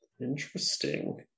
Interesting